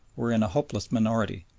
were in a hopeless minority,